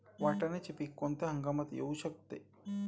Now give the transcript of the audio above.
वाटाण्याचे पीक कोणत्या हंगामात येऊ शकते?